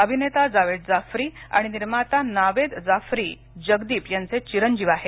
अभिनेता जावेद जाफरी आणि निर्माता नावेद जाफरी जगदीप यांचे चिरंजीव आहेत